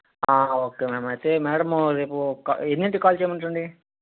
okay ma'am అయితే madam రేపు ఎన్నింటికి కాల్ చేయమంటారండి